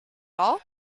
all